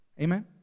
Amen